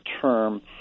term